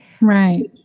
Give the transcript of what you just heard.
Right